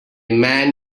man